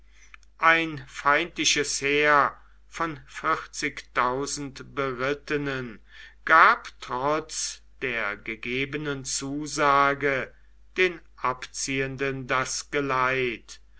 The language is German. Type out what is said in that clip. ein feindliches heer von vierzigtausend berittenen gab trotz der gegebenen zusage den abziehenden das geleit